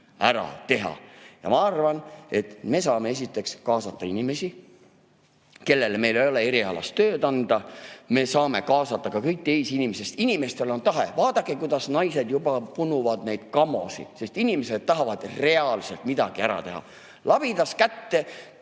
Ma arvan, et me saame esiteks kaasata inimesi, kellele meil ei ole erialast tööd anda, me saame kaasata ka kõiki teisi inimesi. Inimestel on tahe. Vaadake, kuidas naised juba punuvad neidcamo'sid, sest inimesed tahavad reaalselt midagi ära teha. Labidas kätte